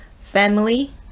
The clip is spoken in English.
family